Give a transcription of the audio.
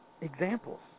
examples